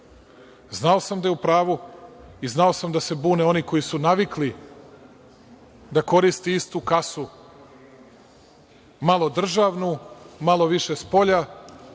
Znao sam da je upravu i znao sam da se bune oni koji su navikli da koriste istu kasu, malo državnu, malo više spolja,